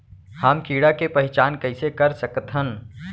हम कीड़ा के पहिचान कईसे कर सकथन